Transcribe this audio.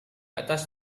atas